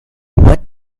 what